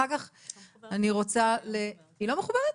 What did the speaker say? היא לא מחוברת?